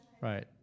Right